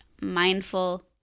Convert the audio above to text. mindful